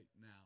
now